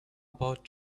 about